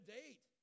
date